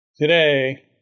Today